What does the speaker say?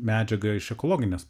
medžiagą iš ekologinės